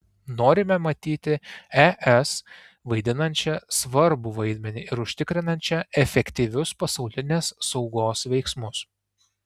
norime matyti es vaidinančią svarbų vaidmenį ir užtikrinančią efektyvius pasaulinės saugos veiksmus